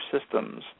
systems